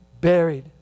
buried